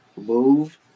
move